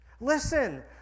Listen